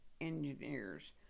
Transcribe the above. engineers